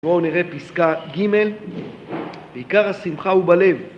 בואו נראה פסקה ג' עיקר השמחה הוא בלב